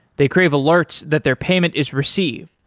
they crave alerts that their payment is received.